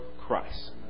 Christ